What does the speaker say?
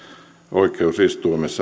oikeusistuimessa